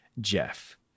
Jeff